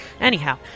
Anyhow